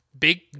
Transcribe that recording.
big